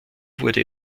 wurde